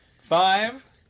Five